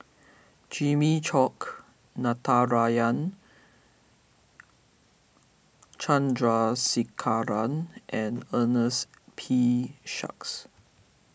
Jimmy Chok Natarajan Chandrasekaran and Ernest P Shanks